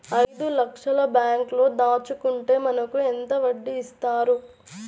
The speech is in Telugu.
ఐదు లక్షల బ్యాంక్లో దాచుకుంటే మనకు ఎంత వడ్డీ ఇస్తారు?